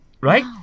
right